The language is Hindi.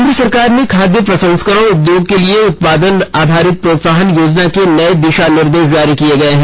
केन्द्र सरकार ने खाद्य प्रसंस्करण उद्योग के लिए उत्पादन आधारित प्रोत्साहन योजना के नए दिशा निर्देश जारी किए हैं